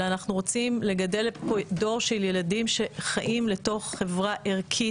אלא אנחנו רוצים לגדל פה דור של ילדים שחיים לתוך חברה ערכית,